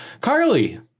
Carly